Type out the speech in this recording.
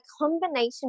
combination